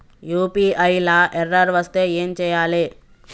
UPI లా error వస్తే ఏం చేయాలి?